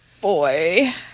Boy